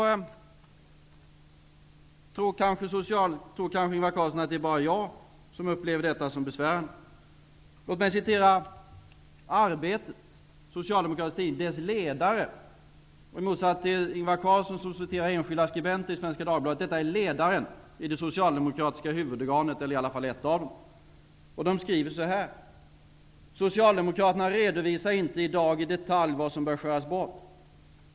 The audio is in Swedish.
Ingvar Carlsson tror kanske att det bara är jag som upplever detta som besvärande. Låt mig citera en ledare ur den socialdemokratiska tidningen Arbetet. Ingvar Carlsson citerar enskilda skribenter i Svenska Dagbladet, men i ledaren i ett av de socialdemokratiska huvudorganen skriver man så här: ''Socialdemokraterna redovisar inte i dag i detalj vad som bör skäras bort.